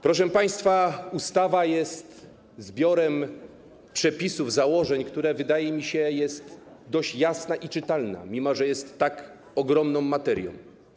Proszę państwa, ustawa jest zbiorem przepisów, założeń, które, wydaje mi się, są dość jasne i czytelne, mimo że jest to tak ogromna materia.